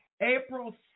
April